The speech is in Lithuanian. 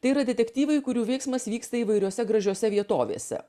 tai yra detektyvai kurių veiksmas vyksta įvairiose gražiose vietovėse